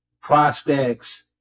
prospects